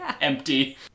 empty